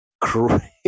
crazy